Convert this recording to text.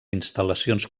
instal·lacions